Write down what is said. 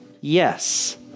Yes